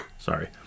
Sorry